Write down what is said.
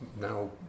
now